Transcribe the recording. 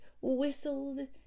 whistled